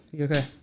okay